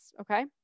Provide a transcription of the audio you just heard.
Okay